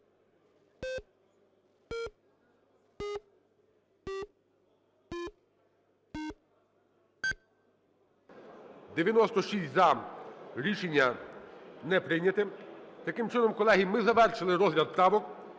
За-96 Рішення не прийнято. Таким чином, колеги, ми завершили розгляд правок